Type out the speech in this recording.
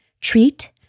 treat